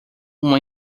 uma